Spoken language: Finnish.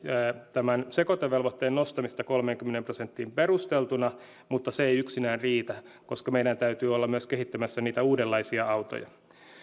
sekoitevelvoitteen nostamista kolmeenkymmeneen prosenttiin perusteltuna mutta se ei yksinään riitä koska meidän täytyy olla myös kehittämässä niitä uudenlaisia autoja